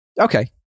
Okay